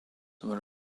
were